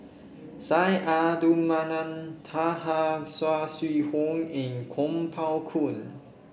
Syed Abdulrahman Taha Saw Swee Hock and Kuo Pao Kun